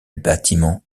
bâtiment